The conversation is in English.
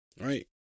right